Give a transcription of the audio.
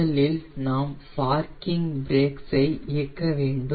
முதலில் நாம் parking brakes ஐ இயக்க வேண்டும்